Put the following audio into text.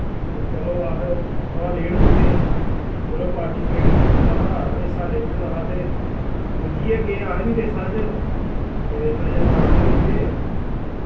ते चलो अस थोह्ड़ा लेट पुज्जे चलो पार्टिसिपेट कीते दा हा हिस्सा लेते दा हा ते पुज्जी ऐ गे अस बी रेसा च एह् च शामल होइयै